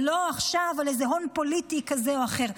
ולא עכשיו על איזה הון פוליטי כזה או אחר,